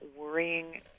worrying